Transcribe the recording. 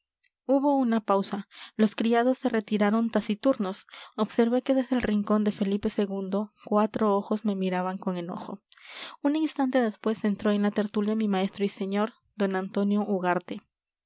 hubo una pausa los criados se retiraron taciturnos observé que desde el rincón de felipe ii cuatro ojos me miraban con enojo un instante después entró en la tertulia mi maestro y señor d antonio ugarte